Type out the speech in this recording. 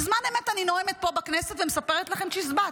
בזמן אמת אני נואמת פה בכנסת ומספרת לכם צ'יזבט,